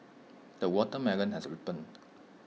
the watermelon has ripened